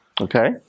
Okay